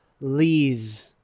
leaves